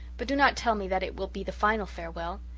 but do not tell me that it will be the final farewell.